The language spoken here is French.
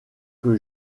que